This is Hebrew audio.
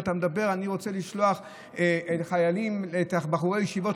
ואתה מדבר: אני רוצה לשלוח בחורי ישיבות,